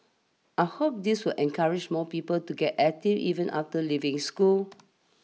I hope this will encourage more people to get active even after leaving school